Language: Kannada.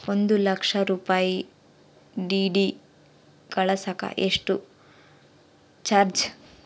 ಒಂದು ಲಕ್ಷ ರೂಪಾಯಿ ಡಿ.ಡಿ ಕಳಸಾಕ ಎಷ್ಟು ಚಾರ್ಜ್?